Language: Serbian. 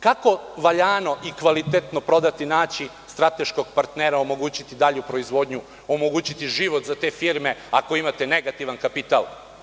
Kako valjano i kvalitetno prodati i naći strateškog partnera, omogućiti dalju proizvodnju, omogućiti život za te firme, ako imate negativan kapital?